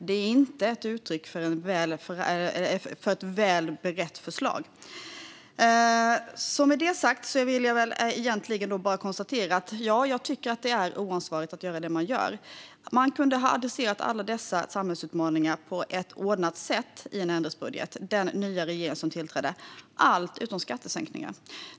Det är inte ett uttryck för ett väl berett förslag. Med detta sagt vill jag egentligen bara konstatera att jag tycker att det är oansvarigt att göra det som man gör. Man kunde ha adresserat alla dessa samhällsutmaningar på ett ordnat sätt i en ändringsbudget från den nya regering som tillträder - allt utom skattesänkningar.